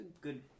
good